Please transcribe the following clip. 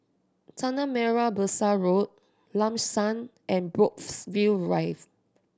Tanah Merah Besar Road Lam San and Brookvale Drive